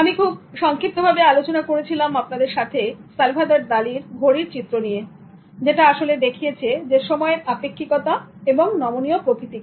আমি খুব সংক্ষিপ্ত ভাবে আলোচনা করেছিলাম আপনাদের সাথে সালভাদর দালির Salvador Dali' ঘড়ি র চিত্র নিয়ে যেটা আসলে দেখিয়েছে সময়ের আপেক্ষিকতা এবং নমনীয় প্রকৃতিকে